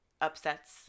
upsets